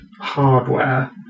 hardware